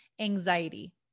anxiety